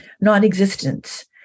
non-existence